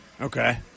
Okay